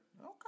Okay